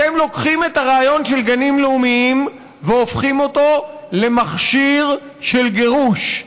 אתם לוקחים את הרעיון של הגנים הלאומיים והופכים אותו למכשיר של גירוש,